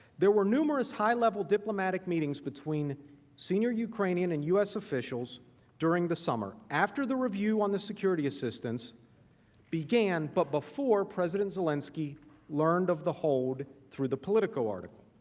there were numerous high level diplomatic meetings between senior ukrainian and u s. officials during the summer after the review of the security assistance began but before president zelensky learned of the hold through the political article.